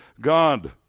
god